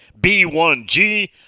B1G